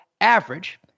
Average